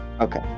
Okay